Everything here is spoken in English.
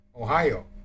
Ohio